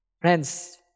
Friends